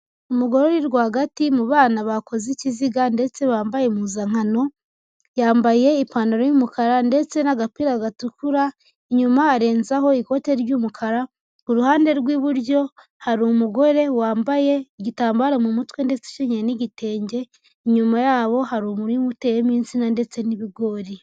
Umugore uri rwagati mu bana bakoze ikiziga ndetse bambaye impuzankano, yambaye ipantaro y'umukara ndetse n'agapira gatukura, inyuma arenzaho ikote ry'umukara, ku ruhande rw'iburyo hari umugore wambaye igitambaro mu mutwe ndetse ukenyeye n'igitenge, inyuma yabo hari umurima uteyemo insina ndetse n'ibigori.